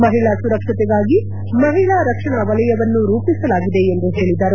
ಮಹಿಳಾ ಸುರಕ್ಷತೆಗಾಗಿ ಮಹಿಳಾ ರಕ್ಷಣಾ ವಲಯವನ್ನು ರೂಪಿಸಲಾಗಿದೆ ಎಂದು ಹೇಳಿದರು